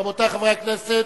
רבותי חברי הכנסת,